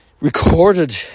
recorded